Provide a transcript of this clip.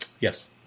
Yes